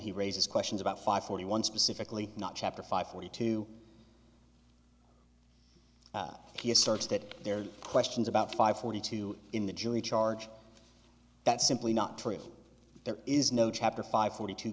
he raises questions about five forty one specifically not chapter five forty two he asserts that there are questions about five forty two in the jury charge that's simply not true there is no chapter five forty two